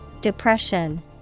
Depression